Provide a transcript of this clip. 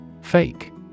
Fake